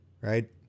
Right